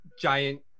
giant